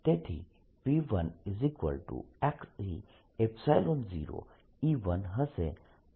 તેથી P1e0E1 હશે